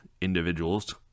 individuals